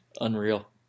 Unreal